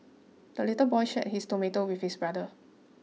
the little boy shared his tomato with his brother